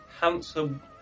handsome